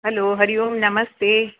hello Hari Om नमस्ते